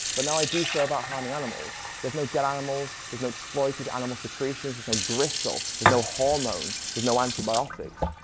but now i do so without harming animals. there's no dead animals there's no exploited animal secretions. there's no gristle. there's no hormones. there's no antibiotics.